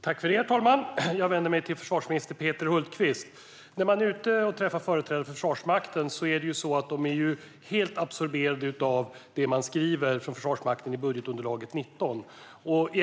Herr talman! Jag vänder mig till försvarsminister Peter Hultqvist. När jag träffar företrädare för Försvarsmakten är de helt absorberade av det man skriver från Försvarsmakten i budgetunderlaget för 2019.